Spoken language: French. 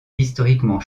historiquement